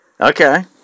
Okay